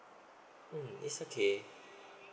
mm it's okay